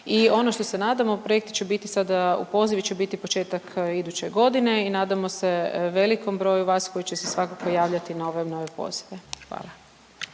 će bit sad, u pozivi će biti početak iduće godine i nadamo se velikom broju vas koji će se svakako javljati na ove nove pozive. Hvala.